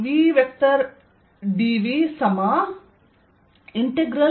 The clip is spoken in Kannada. vdVv